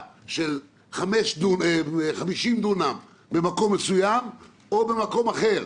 של 50 דונם במקום מסוים או במקום אחר.